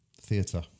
Theatre